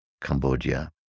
Cambodia